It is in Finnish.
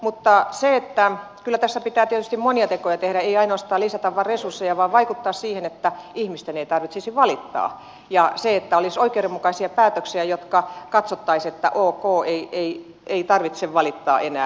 mutta kyllä tässä pitää tietysti monia tekoja tehdä ei ainoastaan lisätä resursseja vaan vaikuttaa siihen että ihmisten ei tarvitsisi valittaa ja että olisi oikeudenmukaisia päätöksiä että katsottaisiin että ok ei tarvitse valittaa enää